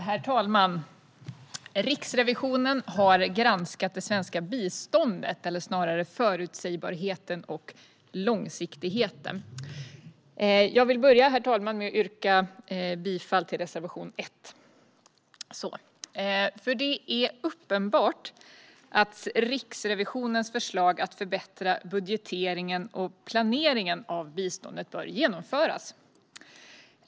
Herr talman! Riksrevisionen har granskat det svenska biståndet - förutsägbarheten och långsiktigheten. Jag vill börja med att yrka bifall till reservation 1. Det är uppenbart att Riksrevisionens förslag att förbättra budgeteringen och planeringen av biståndet bör genomföras.